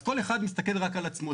אז כל אחד מסתכל רק על עצמו.